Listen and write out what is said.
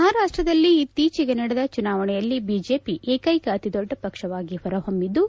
ಮಹಾರಾಷ್ಟದಲ್ಲಿ ಇತ್ತೀಚೆಗೆ ನಡೆದ ಚುನಾವಣೆಯಲ್ಲಿ ಬಿಜೆಪಿ ಏಕೈಕ ಅತಿದೊಡ್ಡ ಪಕ್ಷವಾಗಿ ಹೊರ ಹೊಮ್ಮಿದ್ದು